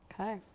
Okay